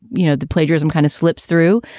you know, the plagiarism kind of slips through,